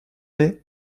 laid